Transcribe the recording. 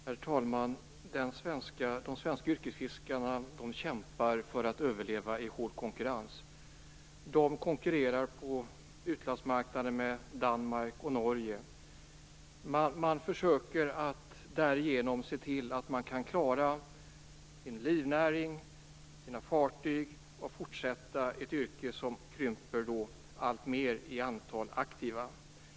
Herr talman! De svenska yrkesfiskarna kämpar för att överleva i hård konkurrens. De konkurrerar på utlandsmarknaden med Danmark och Norge. Man försöker därigenom se till att man kan klara sin livnäring och sina fartyg och att man kan fortsätta i ett yrke som krymper alltmer vad det gäller antalet aktiva.